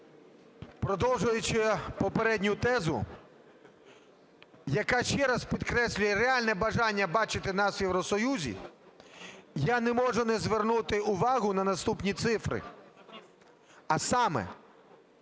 Продовжуючи попередню тезу, яка ще раз підкреслює реальне бажання бачити нас у Євросоюзі, я не можу не звернути увагу на наступні цифри. А саме,